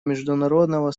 международного